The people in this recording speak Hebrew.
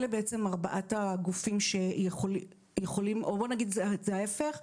אלו בעצם ארבעת הגופים שיכולים - או בוא נגיד את זה ההפך: